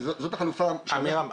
עמירם,